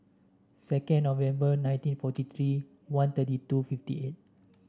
second November nineteen forty three one thirty two fifty eight